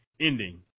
ending